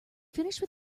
finished